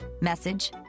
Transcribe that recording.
message